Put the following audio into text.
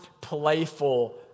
playful